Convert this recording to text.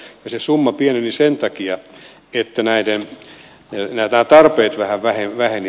se summa pieneni sen takia että nämä tarpeet vähän vähenivät